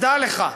אז דע לך,